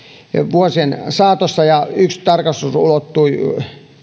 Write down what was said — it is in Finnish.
vuosien saatossa esimerkiksi yksi tarkastus ulottui